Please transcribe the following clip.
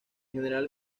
general